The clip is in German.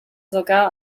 sogar